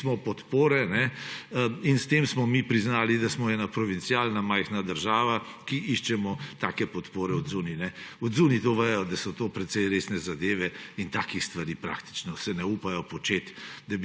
pismo podpore. S tem smo mi priznali, da smo ena provincialna majhna država, ki iščemo takšne podpore zunaj. Zunaj to vedo, da so to precej resne zadeve in takih stvari praktično se ne upajo početi.